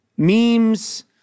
memes